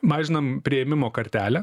mažinam priėmimo kartelę